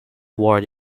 ward